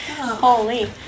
Holy